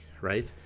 right